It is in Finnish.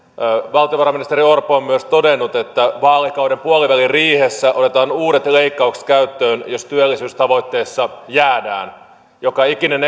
valtiovarainministeri orpo on myös todennut että vaalikauden puoliväliriihessä otetaan uudet leikkaukset käyttöön jos työllisyystavoitteesta jäädään joka ikinen